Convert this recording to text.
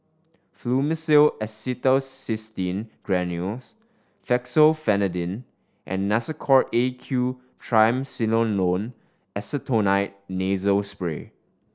Fluimucil Acetylcysteine Granules Fexofenadine and Nasacort A Q Triamcinolone Acetonide Nasal Spray